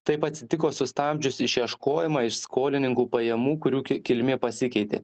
taip atsitiko sustabdžius išieškojimą iš skolininkų pajamų kurių ki kilmė pasikeitė